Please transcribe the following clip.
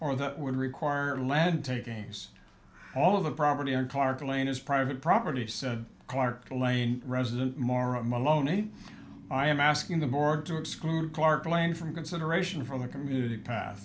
or that would require lead takings all of the property and park lane is private property said clark lane resident maura maloney i am asking the board to exclude clark land from consideration for the community path